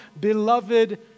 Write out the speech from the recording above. beloved